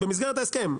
במסגרת ההסכם,